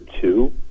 two